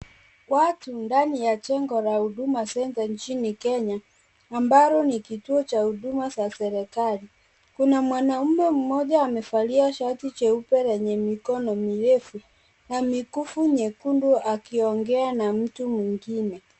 Watu ndani ya jengo la huduma centre nchini kenya ambalo nikituo cha huduma za serikali. Kuna mwanamme mmoja amevalia shati jeupe lenye mikono mirefu na mikufu nyiekundu akiongea na mtu mwingine.